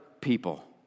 people